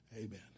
Amen